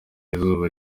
izuba